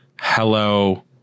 Hello